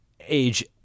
age